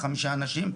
חמישה אנשים,